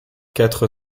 quatre